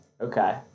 okay